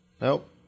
Nope